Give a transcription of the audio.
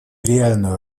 реальную